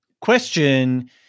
question